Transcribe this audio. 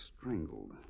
strangled